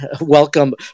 Welcome